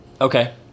Okay